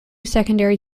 secondary